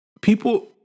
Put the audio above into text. people